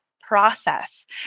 process